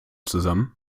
zusammen